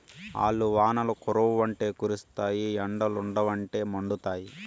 ఆల్లు వానలు కురవ్వంటే కురుస్తాయి ఎండలుండవంటే మండుతాయి